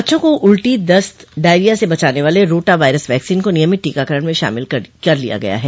बच्चों को उल्टी दस्त डायरिया से बचाने वाले रोटा वायरस वैक्सीन को नियमित टीकाकरण मे शामिल कर किया गया है